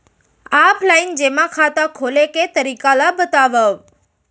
Offline जेमा खाता खोले के तरीका ल बतावव?